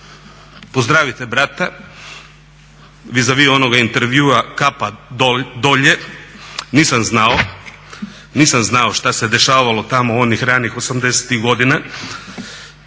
pozdravite brata, viza vi onoga intervjua kapa dolje nisam znao, nisam znao šta se dešavalo tamo onih ranih 80.tih godina